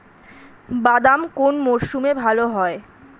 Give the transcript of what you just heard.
বাদাম কোন মরশুমে ভাল হয়?